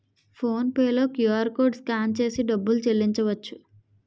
phone pay లో QR code scan చేసి డబ్బులు చెల్లించవచ్చు